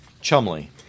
Chumley